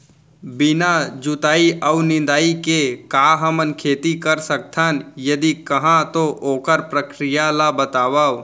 बिना जुताई अऊ निंदाई के का हमन खेती कर सकथन, यदि कहाँ तो ओखर प्रक्रिया ला बतावव?